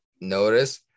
notice